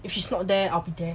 if she's not there I'll be there